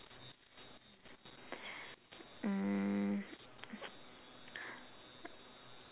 mm